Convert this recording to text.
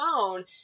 phone